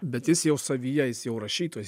bet jis jau savyje jis jau rašytojas